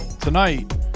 tonight